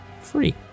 free